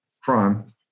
crime